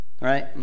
right